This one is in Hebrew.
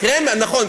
נכון.